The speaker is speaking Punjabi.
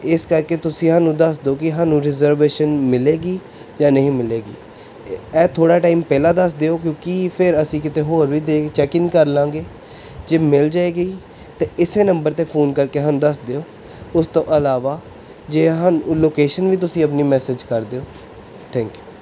ਇਸ ਕਰਕੇ ਤੁਸੀਂ ਸਾਨੂੰ ਦੱਸ ਦਿਓ ਕਿ ਸਾਨੂੰ ਰਿਜ਼ਰਵੇਸ਼ਨ ਮਿਲੇਗੀ ਜਾਂ ਨਹੀਂ ਮਿਲੇਗੀ ਇਹ ਇਹ ਥੋੜ੍ਹਾ ਟਾਈਮ ਪਹਿਲਾਂ ਦੱਸ ਦਿਓ ਕਿਉਂਕਿ ਫਿਰ ਅਸੀਂ ਕਿਤੇ ਹੋਰ ਵੀ ਦੇ ਚੈਕਿੰਗ ਕਰ ਲਵਾਂਗੇ ਜੇ ਮਿਲ ਜਾਏਗੀ ਤਾਂ ਇਸੇ ਨੰਬਰ 'ਤੇ ਫੋਨ ਕਰਕੇ ਸਾਨੂੰ ਦੱਸ ਦਿਓ ਉਸ ਤੋਂ ਇਲਾਵਾ ਜੇ ਸਾਨੂੰ ਲੋਕੇਸ਼ਨ ਵੀ ਤੁਸੀਂ ਆਪਣੀ ਮੈਸਜ ਕਰ ਦਿਓ ਥੈਂਕ ਯੂ